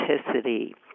authenticity